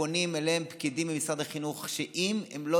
ופונים אליהם פקידים ממשרד החינוך שאם הם לא